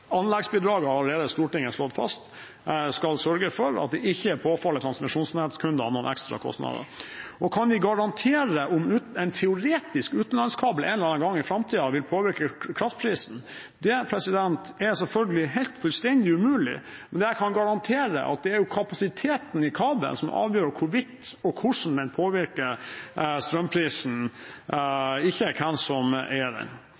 har Stortinget allerede slått fast skal sørge for at det ikke påfaller transmisjonsnettkundene noen ekstra kostnader. Kan vi garantere dette med at en teoretisk utenlandskabel en eller annen gang i framtiden vil påvirke kraftprisen eller ikke? Det er selvfølgelig fullstendig umulig, men det jeg kan garantere, er at det er kapasiteten i kabelen som avgjør hvorvidt og hvordan en påvirker strømprisen, ikke hvem som gir den.